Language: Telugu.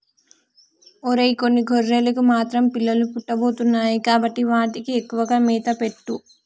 ఒరై కొన్ని గొర్రెలకు మాత్రం పిల్లలు పుట్టబోతున్నాయి కాబట్టి వాటికి ఎక్కువగా మేత పెట్టు